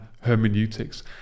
hermeneutics